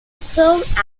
served